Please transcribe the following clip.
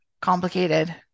Complicated